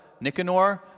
Nicanor